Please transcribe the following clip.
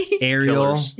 Ariel